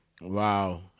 Wow